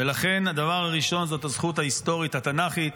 ולכן, הדבר הראשון זאת הזכות ההיסטורית, התנ"כית.